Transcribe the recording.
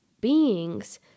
beings